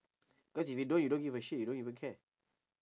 cause if you don't you don't give a shit you don't even care